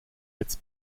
its